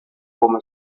como